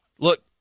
look